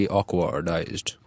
awkwardized